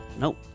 Nope